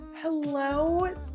hello